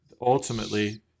Ultimately